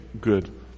good